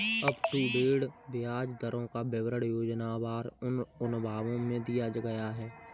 up to date ब्याज दरों का विवरण योजनावार उन अनुभागों में दिया गया है